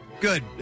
Good